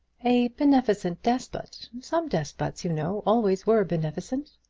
a beneficent despot. some despots, you know, always were beneficent.